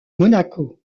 monaco